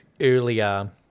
earlier